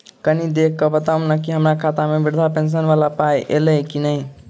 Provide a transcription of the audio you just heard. कनि देख कऽ बताऊ न की हम्मर खाता मे वृद्धा पेंशन वला पाई ऐलई आ की नहि?